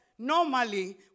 Normally